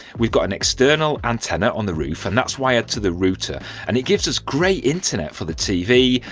we've got an external antenna on the roof and that's wired to the router and it gives us great internet for the tv,